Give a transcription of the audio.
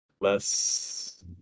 less